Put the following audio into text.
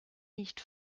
nicht